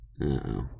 Uh-oh